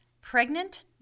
Pregnant